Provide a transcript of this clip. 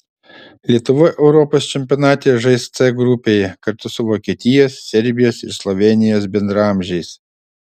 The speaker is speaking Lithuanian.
lietuva europos čempionate žais c grupėje kartu su vokietijos serbijos ir slovėnijos bendraamžiais